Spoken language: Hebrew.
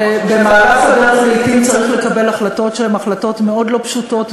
ובמהלך הדרך לעתים צריך לקבל החלטות שהן החלטות מאוד לא פשוטות,